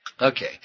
Okay